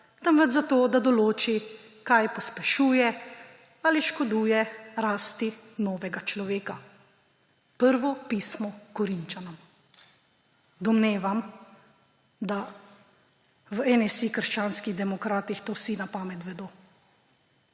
temveč za to, da določi, kaj pospešuje ali škoduje rasti novega človeka. Prvo pisno Korinčanom. Domnevam, da v NSi – krščanskih demokratih to vsi na pamet vedo,